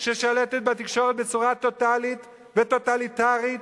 ששלטת בתקשורת בצורה טוטלית וטוטליטרית?